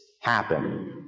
happen